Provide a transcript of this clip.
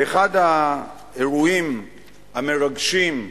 באחד האירועים המרגשים,